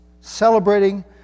celebrating